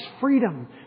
freedom